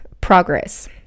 progress